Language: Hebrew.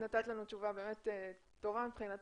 את נתת לנו באמת תשובה טובה מבחינתך,